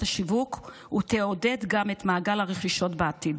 השיווק ותעודד גם את מעגל הרכישות בעתיד.